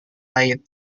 lain